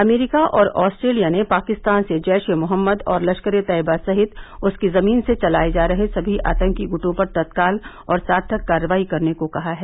अमरीका और ऑस्ट्रेलिया ने पाकिस्तान से जैश ए मोहम्मद और लश्कर ए तैयबा सहित उसकी जमीन से चलाए जा रहे सभी आतंकी गुटों पर तत्काल और सार्थक कार्रवाई करने को कहा है